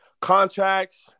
contracts